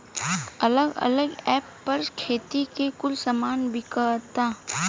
अलग अलग ऐप पर खेती के कुल सामान बिकाता